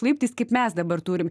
laiptais kaip mes dabar turim